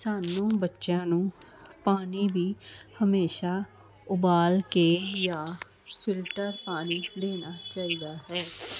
ਸਾਨੂੰ ਬੱਚਿਆਂ ਨੂੰ ਪਾਣੀ ਵੀ ਹਮੇਸ਼ਾ ਉਬਾਲ ਕੇ ਜਾਂ ਫਿਲਟਰ ਪਾਣੀ ਦੇਣਾ ਚਾਹੀਦਾ ਹੈ